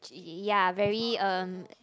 ya very uh